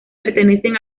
pertenecen